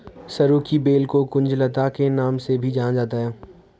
सरू की बेल को कुंज लता के नाम से भी जाना जाता है